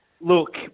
Look